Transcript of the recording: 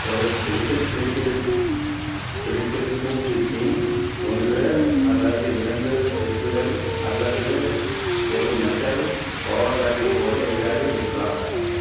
ஒரு துடுப்பைப் பிடித்தி பிடித்திருக்கும் பிட்டிங் ஒன்று அல்லது இரண்டு பெக்குகள் அல்லது ஒரு மெட்டல் ஓவர்லாக்கைக் போல எளிதாக இருக்கலாம்